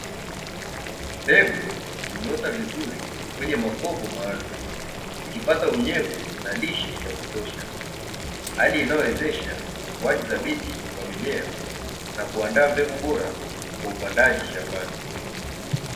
Mbegu zimeota vizuri kwenye makopo maalumu, zikipata unyevu na lishe ya kutosha hali inayowezesha ukuaji thabiti wa mimea na kuandaa mbegu bora kwa upandaji shambani.